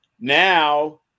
Now